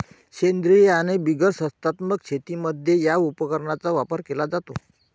सेंद्रीय आणि बिगर संस्थात्मक शेतीमध्ये या उपकरणाचा वापर केला जातो